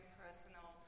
personal